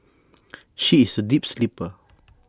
she is A deep sleeper